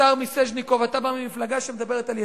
השר מיסז'ניקוב, אתה במפלגה שמדברת על יציבות,